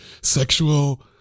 sexual